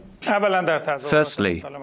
Firstly